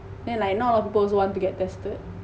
then like not a lot of people also want to get tested